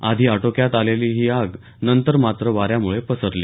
आधी आटोक्यात असलेली ही आग नंतर मात्र वाऱ्यामुळे पसरली